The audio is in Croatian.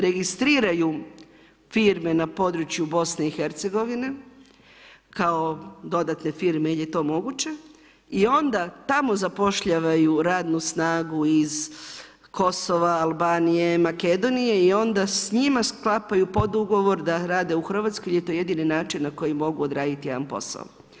Registriraju firme na području BiH-a kao dodatne firme jer je to moguće i onda tamo zapošljavaju radnu snagu iz Kosova, Albanije, Makedonije i onda s njima sklapaju podugovor da rade u Hrvatskoj jer je to jedini način na koji mogu odraditi jedan posao.